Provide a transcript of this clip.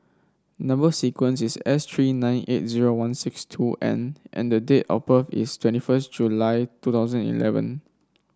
number sequence is S three nine eight zero one six two N and date of birth is twenty first July two thousand and eleven